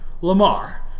Lamar